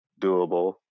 doable